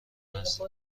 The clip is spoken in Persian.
نزدیک